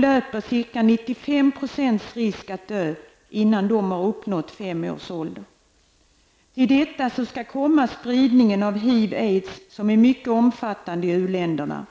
löper ca 95 % risk att dö innan de uppnått fem års ålder. Till detta skall läggas spridning av HIV/aids, som är mycket omfattande i u-länderna.